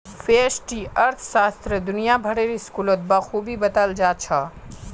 व्यष्टि अर्थशास्त्र दुनिया भरेर स्कूलत बखूबी बताल जा छह